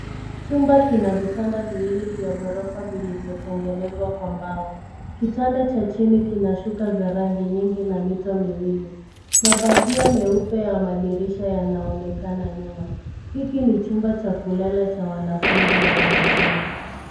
Chumba kina vitanda viwili vya ghorofa vilivyotengenezwa kwa mbao. Kitanda cha chini kina shuka za rangi nyingi na mito miwili. Mapazia meupe ya madirisha yanaonekana nyuma. Hiki ni chumba cha kulala cha wanafunzi au wageni.